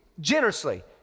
generously